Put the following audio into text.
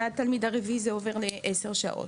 ומהתלמיד הרביעי זה עובר ל-10 שעות.